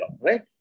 right